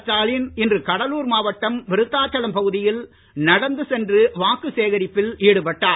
ஸ்டாலின் இன்று கடலூர் மாவட்டம் விருத்தாச்சலம் பகுதியில் நடந்து சென்று வாக்கு சேகரிப்பில் ஈடுபட்டார்